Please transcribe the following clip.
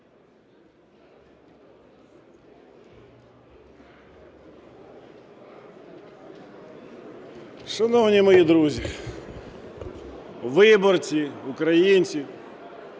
Шановні мої друзі, виборці, українці,